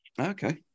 Okay